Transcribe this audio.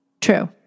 True